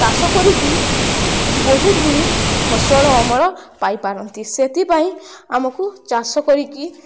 ଚାଷ କରିକି ବହୁତଗୁଡ଼ିଏ ଫସଲ ଅମଳ ପାଇପାରନ୍ତି ସେଥିପାଇଁ ଆମକୁ ଚାଷ କରିକି